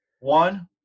one